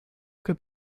could